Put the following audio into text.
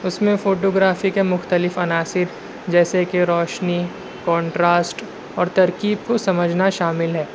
اس میں photography کے مختلف عناصر جیسے کہ روشنی کونٹراسٹ اور ترکیب کو سمجھنا شامل ہے